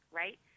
right